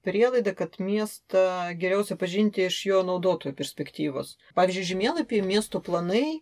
prielaida kad miestą geriausia pažinti iš jo naudotojų perspektyvos pavyzdžiui žemėlapyje miestų planai